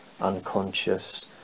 unconscious